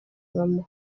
bambú